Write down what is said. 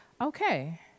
Okay